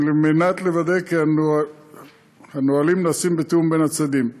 על מנת לוודא כי הנהלים נעשים בתיאום בין הצדדים.